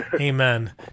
Amen